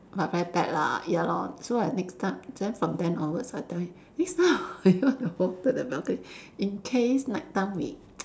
but very bad lah ya lor so like next time then from then onwards I tell him next time you want to go to the balcony in case night time we